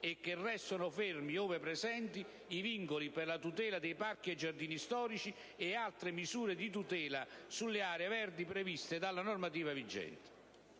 e che restano fermi, ove presenti, i vincoli per la tutela dei parchi e giardini storici e le altre misure di tutela sulle aree verdi previste dalla normativa vigente.